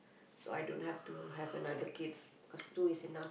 so I don't have to have another kids cause two is enough